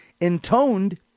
intoned